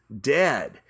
dead